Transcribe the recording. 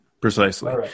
precisely